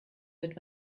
wird